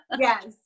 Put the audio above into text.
Yes